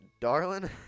Darling